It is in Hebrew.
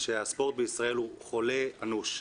שהספורט בישראל הוא חולה אנוש.